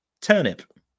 turnip